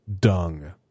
Dung